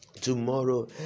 tomorrow